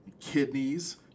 kidneys